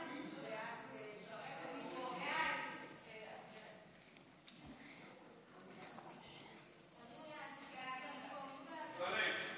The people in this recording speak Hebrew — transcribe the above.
מי בעד?